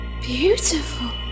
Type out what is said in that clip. beautiful